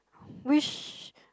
which